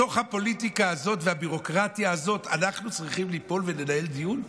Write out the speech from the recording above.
בתוך הפוליטיקה הזאת והביורוקרטיה הזאת אנחנו צריכים ליפול ולנהל דיון?